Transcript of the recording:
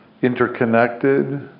interconnected